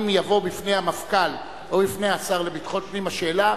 אם תבוא בפני המפכ"ל או בפני השר לביטחון פנים השאלה,